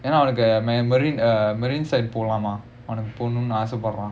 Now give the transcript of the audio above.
என்ன அவனுக்கு:enna avanukku marine uh marine side போலாமா உனக்கு போனும்னு ஆச படுறான்:polaamaa unnaku ponumnu aasa paduraan